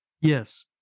Yes